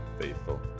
faithful